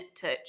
touch